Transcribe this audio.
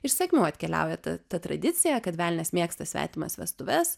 iš sakmių atkeliauja ta ta tradicija kad velnias mėgsta svetimas vestuves